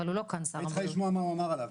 היית צריכה לשמוע מה אמר עליו.